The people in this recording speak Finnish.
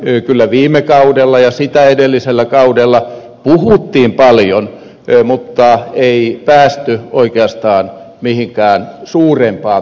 kyllä viime kaudella ja sitä edellisellä kaudella puhuttiin paljon mutta ei päästy oikeastaan mihinkään suurempaan tulokseen